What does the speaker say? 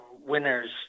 winners